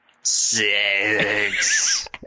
Six